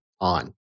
on